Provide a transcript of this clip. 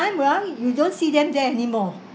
time around you don't see them there anymore